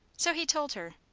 so he told her.